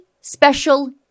special